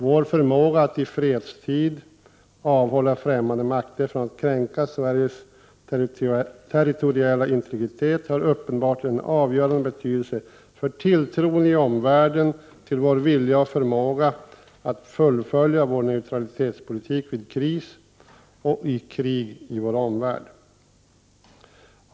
Vår förmåga att i fredstid avhålla främmande makter från att kränka Sveriges territoriella integritet har uppenbart en avgörande betydelse för tilltron i omvärlden till vår vilja och förmåga att fullfölja vår neutralitetspolitik vid kris och krig i vår omvärld.